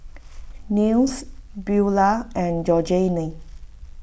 Nils Beula and Georgene